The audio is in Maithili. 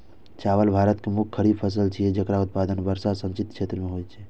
चावल भारत के मुख्य खरीफ फसल छियै, जेकर उत्पादन वर्षा सिंचित क्षेत्र मे होइ छै